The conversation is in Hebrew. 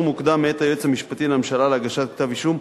מוקדם מאת היועץ המשפטי לממשלה להגשת כתב-אישום,